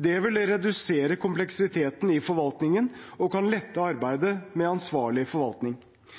Det vil redusere kompleksiteten i forvaltningen og kan lette